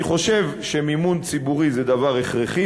אני חושב שמימון ציבורי זה דבר הכרחי.